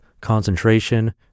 concentration